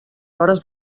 hores